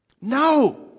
No